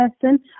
person